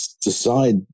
decide